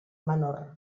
menor